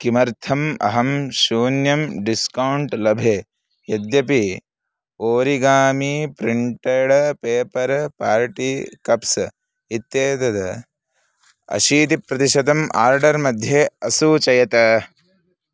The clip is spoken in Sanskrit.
किमर्थम् अहं शून्यं डिस्कौण्ट् लभे यद्यपि origami printed paper party cups इत्येतद् अशीतिप्रतिशतम् आर्डर्मध्ये असूचयत